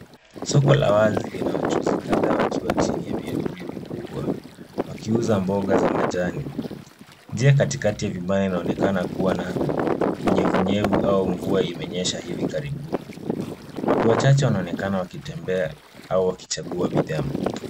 Soko la wazi lina wachuuzi kadhaa wakiwa chini ya miavuli mikubwa wakiuza mboga za majani. Njia katikati ya vibanda inaonekana kuwa na unyevunyevu au mvua imenyesha hivi karibuni. Watu wachache wanaonekana wakitembea au wakichagua bidhaa.